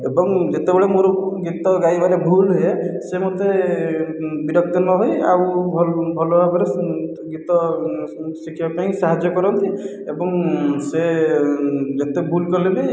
ଏବଂ ଯେତେବେଳ ମୋର ଗୀତ ଗାଇବାର ଭୁଲ ହୁଏ ସେ ମୋତେ ବିରକ୍ତି ନ ହୋଇ ଆଉ ଭଲ ଭଲ ଭାବରେ ଗୀତ ଶିଖାଇବା ପାଇଁ ସାହାଯ୍ୟ କରନ୍ତି ଏବଂ ସେ ଯେତେ ଭୁଲ କଲେ ବି